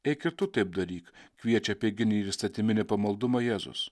eik ir tu taip daryk kviečia apeiginį ir įstatyminį pamaldumą jėzus